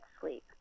sleep